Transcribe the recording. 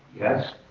yes,